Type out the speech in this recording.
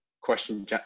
question